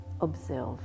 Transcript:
observe